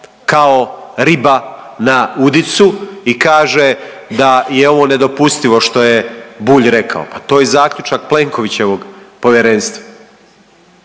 kao riba na udicu i kaže da je ovo nedopustivo što je Bulj rekao, pa to je zaključak Plenkovićevog povjerenstva.